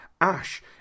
Ash